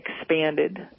expanded